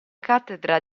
cattedra